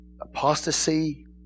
apostasy